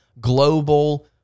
Global